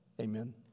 amen